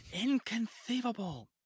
Inconceivable